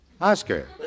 Oscar